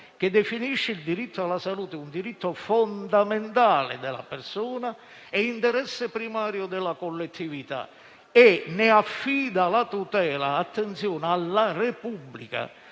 che definisce il diritto alla salute un diritto fondamentale della persona e interesse primario della collettività e ne affida la tutela - attenzione - alla Repubblica